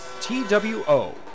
T-W-O